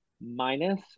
minus